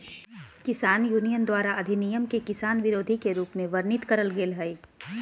किसान यूनियन द्वारा अधिनियम के किसान विरोधी के रूप में वर्णित करल गेल हई